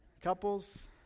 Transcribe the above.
Couples